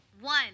one